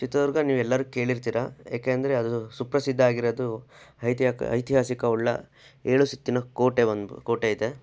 ಚಿತ್ರದುರ್ಗ ನೀವೆಲ್ಲರು ಕೇಳಿರ್ತೀರ ಯಾಕೆಂದರೆ ಅದು ಸುಪ್ರಸಿದ್ಧ ಆಗಿರೋದು ಐತಿಹಾಕ್ ಐತಿಹಾಸಿಕವುಳ್ಳ ಏಳು ಸುತ್ತಿನ ಕೋಟೆ ಒಂದು ಕೋಟೆ ಇದೆ